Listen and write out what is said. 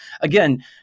again